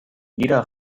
jeder